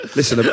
listen